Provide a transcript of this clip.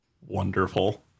Wonderful